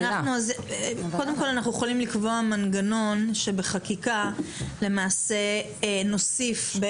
קודם כל אנחנו יכולים לקבוע מנגנון שבחקיקה למעשה נוסיף,